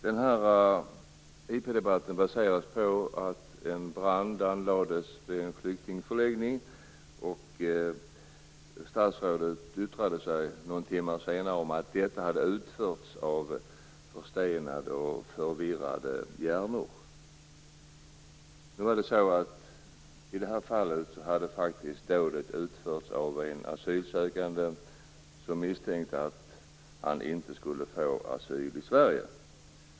Den här interpellationsdebatten baseras på att en brand anlades vid en flyktingförläggning. Statsrådet yttrade sig någon timme senare och sade att detta hade utförts av förstelnade och förvirrade hjärnor. I detta fall hade dådet faktiskt utförts av en asylsökande som misstänkte att han inte skulle få asyl i Sverige.